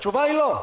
התשובה היא לא.